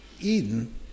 Eden